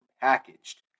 packaged